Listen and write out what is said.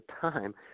time